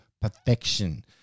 perfection